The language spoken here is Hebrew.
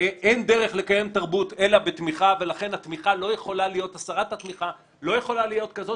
אין דרך לקיים תרבות אלא בתמיכה ולכן הסרת התמיכה לא יכולה להיות כזו